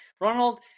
Ronald